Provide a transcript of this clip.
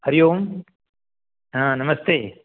हरिः ओं हा नमस्ते